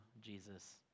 Jesus